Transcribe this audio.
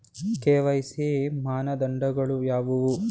KYC ಮಾನದಂಡಗಳು ಯಾವುವು?